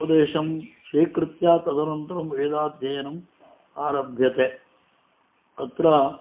उपदेशं स्वीकृत्य तदनन्तरं वेदाध्ययनम् आरभ्यते अत्र